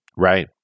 Right